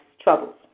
troubles